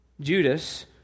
Judas